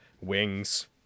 wings